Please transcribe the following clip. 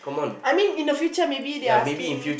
I mean in the future maybe they're asking